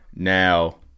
Now